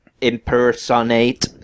Impersonate